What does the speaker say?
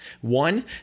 One